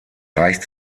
reicht